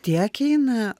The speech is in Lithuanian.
tiek eina